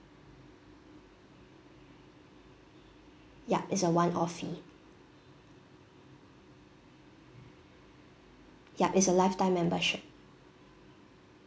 yup is a one off fee yup it's a lifetime membership